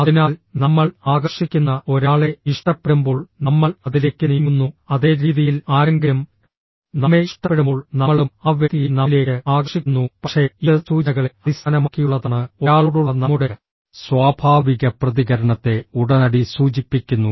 അതിനാൽ നമ്മൾ ആകർഷിക്കുന്ന ഒരാളെ ഇഷ്ടപ്പെടുമ്പോൾ നമ്മൾ അതിലേക്ക് നീങ്ങുന്നു അതേ രീതിയിൽ ആരെങ്കിലും നമ്മെ ഇഷ്ടപ്പെടുമ്പോൾ നമ്മളും ആ വ്യക്തിയെ നമ്മിലേക്ക് ആകർഷിക്കുന്നു പക്ഷേ ഇത് സൂചനകളെ അടിസ്ഥാനമാക്കിയുള്ളതാണ് ഒരാളോടുള്ള നമ്മുടെ സ്വാഭാവിക പ്രതികരണത്തെ ഉടനടി സൂചിപ്പിക്കുന്നു